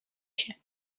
się